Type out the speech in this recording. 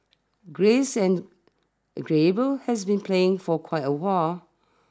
Grace and Gabriel has been playing for quite awhile